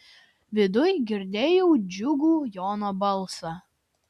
viduj girdėjau džiugų jono balsą